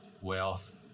wealth